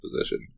position